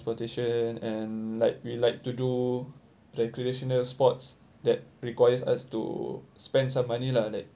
transportation and like we like to do recreational sports that requires us to spend some money lah like